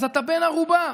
אז אתה בן ערובה.